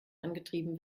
angetrieben